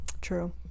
true